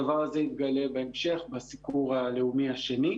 הדבר הזה יתגלה בהמשך, בסיקור הלאומי השני.